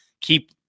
keep